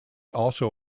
also